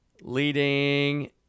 leading